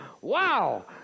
wow